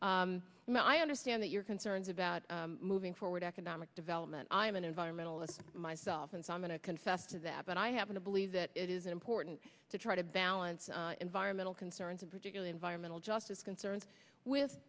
turner i understand that your concerns about moving forward economic development i am an environmentalist myself and so i'm going to confess to that but i happen to believe that it is important to try to balance environmental concerns in particular environmental justice concerns with